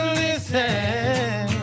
listen